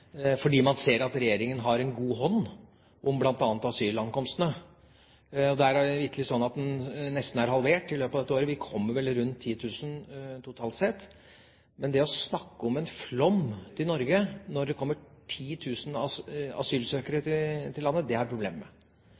fordi man ser at regjeringa har en god hånd om bl.a. asylankomstene. Det er vitterlig sånn at de nesten er halvert i løpet av dette året, vi kommer på vel rundt 10 000 totalt sett. Men å snakke om en flom til Norge, når det kommer 10 000 asylsøkere til landet,